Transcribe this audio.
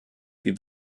wir